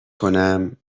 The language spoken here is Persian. کنم